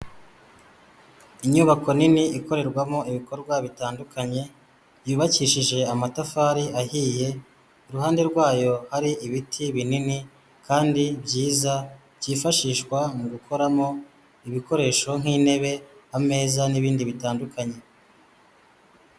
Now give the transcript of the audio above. Inyubako nini ikorerwamo ibikorwa bitandukanye, yubakishije amatafari ahiye , iruhande rwayo hari ibiti binini kandi byiza. Byifashishwa mu gukoramo ibikoresho nk'intebe, ameza n'ibindi bitandukanye.